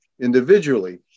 individually